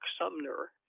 Sumner